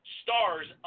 stars